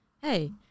Hey